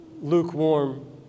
lukewarm